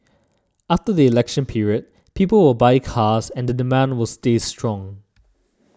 after the election period people will buy cars and the demand will stay strong